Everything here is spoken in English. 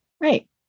Right